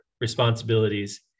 responsibilities